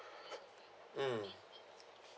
mm